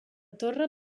torre